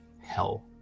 hell